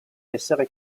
essere